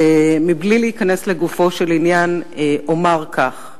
ומבלי להיכנס לגופו של עניין אומר כך: